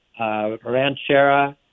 ranchera